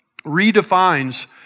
redefines